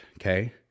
okay